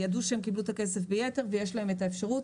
ידעו שהם קיבלו את הכסף ביתר ויש להם את האפשרות,